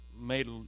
made